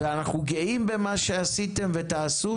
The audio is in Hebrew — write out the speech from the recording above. תדעו שאנחנו גאים במה שעשיתם ובמה שתעשו,